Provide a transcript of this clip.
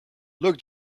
look